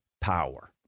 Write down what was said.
power